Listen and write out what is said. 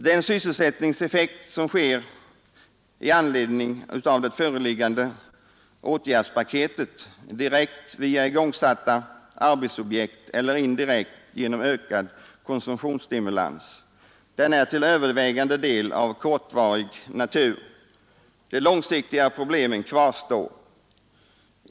Den sysselsättningseffekt som det föreliggande åtgärdspaketet ger, direkt via igångsatta arbetsobjekt eller indirekt genom konsumtionsstimulans, är till övervägande del av kortvarig natur. De långsiktiga problemen kvarstår.